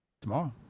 Tomorrow